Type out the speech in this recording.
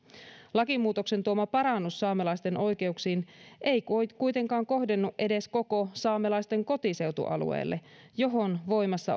lakimuutoksen tuoma parannus saamelaisten oikeuksiin ei kuitenkaan kohdennu edes koko saamelaisten kotiseutualueelle johon voimassa